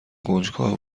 کنجکاو